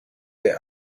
the